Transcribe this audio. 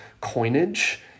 coinage